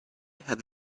have